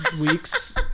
weeks